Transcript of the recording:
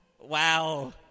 wow